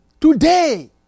Today